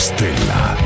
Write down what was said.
Stella